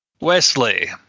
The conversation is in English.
Wesley